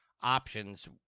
options